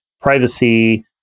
privacy